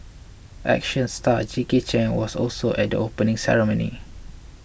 action star Jackie Chan was also at the opening ceremony